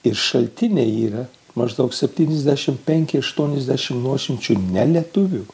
ir šaltiniai yra maždaug septyniasdešimt penki aštuoniasdešimt nuošimčių ne lietuvių